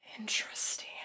Interesting